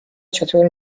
چطور